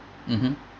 mmhmm